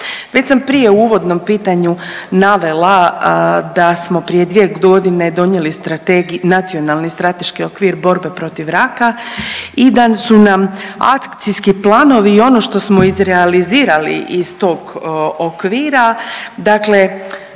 Već sam prije u uvodnom pitanju navela da smo prije dvije godine donijeli Nacionalni strateški okvir borbe protiv raka i da su nam akcijski planovi i ono što smo izrealizirali iz tog okvira dakle,